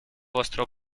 vostro